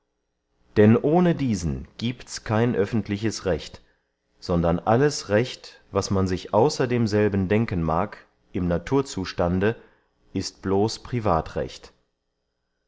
denn ohne diesen giebts kein öffentliches recht sondern alles recht was man sich außer demselben denken mag im naturzustande ist bloß privatrecht